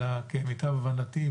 אלא כמיטב הבנתי,